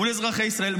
מול אזרחי ישראל,